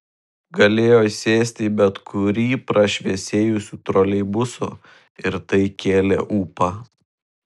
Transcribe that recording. galėjo įsėsti į bet kurį prašviesėjusių troleibusų ir tai kėlė ūpą